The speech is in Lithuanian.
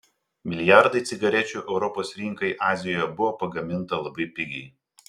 milijardai cigarečių europos rinkai azijoje buvo pagaminta labai pigiai